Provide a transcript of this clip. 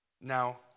Now